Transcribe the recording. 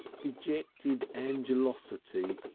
dejected angelosity,